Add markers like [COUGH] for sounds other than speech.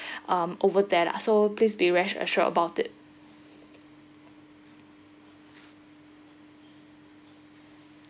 [BREATH] um over there lah so please be rest assured about it